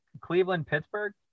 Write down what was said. Cleveland-Pittsburgh